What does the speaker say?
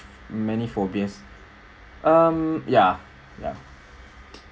many phobias um ya ya